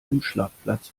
umschlagplatz